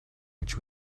which